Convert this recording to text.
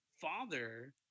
father